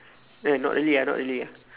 eh not really ah not really ah